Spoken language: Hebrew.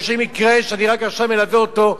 יש מקרה שאני עכשיו מלווה אותו,